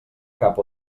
cap